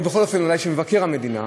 או בכל אופן אולי של מבקר המדינה,